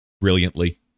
brilliantly